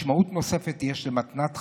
משמעות נוספת יש למתנת חיים: